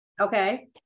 Okay